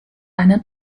eine